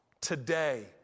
today